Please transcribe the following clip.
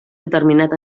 determinat